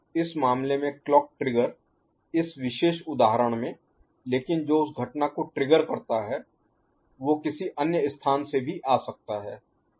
इस मामले में क्लॉक ट्रिगर इस विशेष उदाहरण में लेकिन जो उस घटना को ट्रिगर करता है वो किसी अन्य स्थान से भी आ सकता है